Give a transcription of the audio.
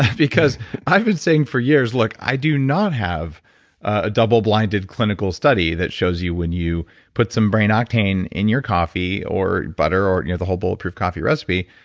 because i've been saying for years look, i do not have a double-blinded clinical study that shows you when you put some brain octane in your coffee or butter or you know the whole bulletproof coffee recipe,